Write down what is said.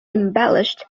embellished